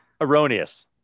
Erroneous